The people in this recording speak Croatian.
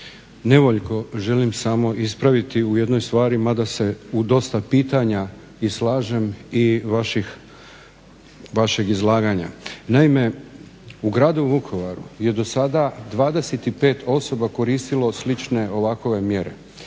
nevoljko želim samo ispraviti u jednoj stvari mada se u dosta pitanja i slažem i vašeg izlaganja. Naime, u gradu Vukovaru je do sada 25 osoba koristilo slične ovakove mjere,